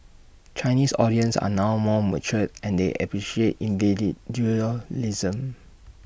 Chinese audience are now more mature and they appreciate